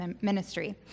ministry